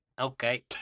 Okay